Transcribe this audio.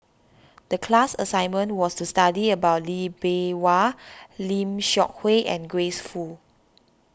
the class assignment was to study about Lee Bee Wah Lim Seok Hui and Grace Fu